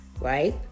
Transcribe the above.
right